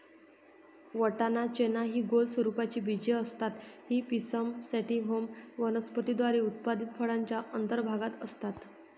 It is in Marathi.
वाटाणा, चना हि गोल स्वरूपाची बीजे असतात ही पिसम सॅटिव्हम वनस्पती द्वारा उत्पादित फळाच्या अंतर्भागात असतात